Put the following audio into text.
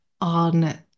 on